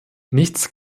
nichts